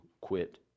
quit